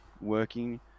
working